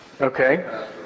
Okay